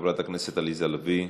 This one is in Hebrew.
חברת הכנסת עליזה לביא,